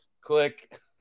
click